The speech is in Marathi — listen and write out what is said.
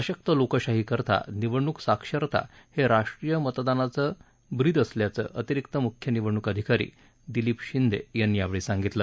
सशक्त लोकशाहीकरिता निवडणूक साक्षरता हे राष्ट्रीय मतदार दिनाचं ब्रीद असल्याचं अतिरिक्त मुख्य निवडणूक अधिकारी दिलीप शिंदे यांनी यावेळी सांगितलं